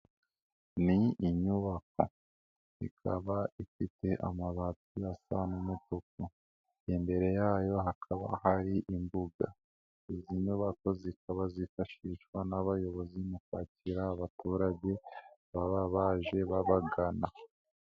Ni inyubako, ikaba ifite amabati na sa n'umutuku, imbere yayo hakaba hari imbuga, izi nyubako zikaba zifashishwa n'abayobozi mu kwakira abaturage baba baje babagana.